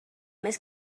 més